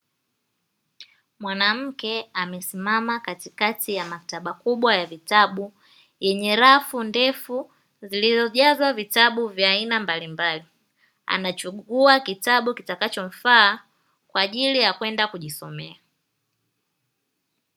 Mwanamke amesimama katikati ya maktaba kubwa ya vitabu, yenye rafu ndefu zilizojaza vitabu vya aina mbalimbali. Anachagua kitabu kitakacho mfaa kwa ajili ya kwenda kujisomea.